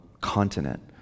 continent